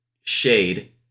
Shade